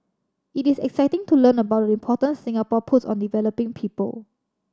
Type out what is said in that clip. it is exciting to learn about the importance Singapore puts on developing people